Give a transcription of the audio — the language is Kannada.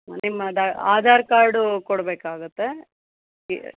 ನಿಮ್ಮ ಅದು ಆಧಾರ್ ಕಾರ್ಡು ಕೊಡಬೇಕಾಗುತ್ತೆ ಇ